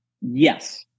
Yes